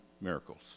miracles